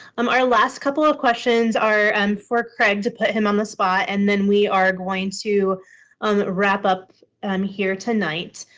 um our last couple of questions are and for craig to put him on the spot, and then we are going to wrap up um here tonight.